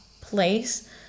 place